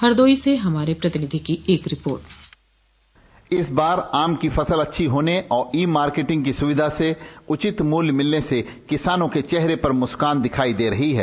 हरदोई से हमारे प्रतिनिधि की एक रिपोर्ट इस बार आम की फसल अच्छी होने और ई मार्केटिंग की सुविधा से उचित मूल्य मिलने से किसानों क चेहरे पर मुस्कान दिखाई दे रही है